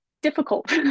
difficult